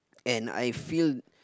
and I feel